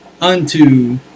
unto